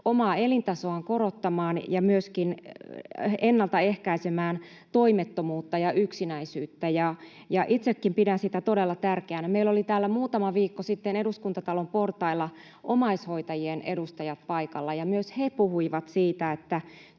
omaa elintasoaan korottamaan ja myöskin ennaltaehkäisemään toimettomuutta ja yksinäisyyttä, ja itsekin pidän sitä todella tärkeänä. Meillä olivat täällä muutama viikko sitten Eduskuntatalon portailla omaishoitajien edustajat paikalla, ja myös he puhuivat siitä, että